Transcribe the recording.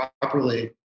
properly